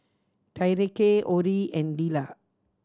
Tyreke Orie and Lila